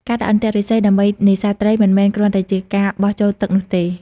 ការដាក់អន្ទាក់ឫស្សីដើម្បីនេសាទត្រីមិនមែនគ្រាន់តែជាការបោះចូលទឹកនោះទេ។